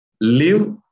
live